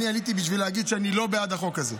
אני עליתי כדי להגיד שאני לא בעד החוק הזה.